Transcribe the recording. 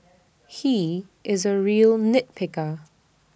he is A real nit picker